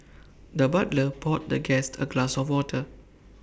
the butler poured the guest A glass of water